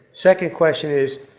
second question is,